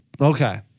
Okay